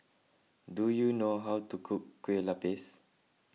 do you know how to cook Kueh Lapis